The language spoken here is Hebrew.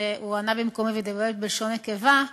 שענה במקומי ודיבר בלשון נקבה.